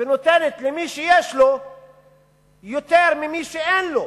ונותנת למי שיש לו יותר מלמי שאין לו,